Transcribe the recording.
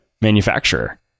manufacturer